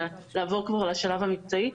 לעבור לשלב המקצועי,